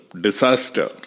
disaster